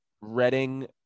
Reading